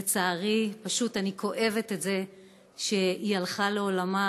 לצערי, פשוט אני כואבת את זה שהיא הלכה לעולמה,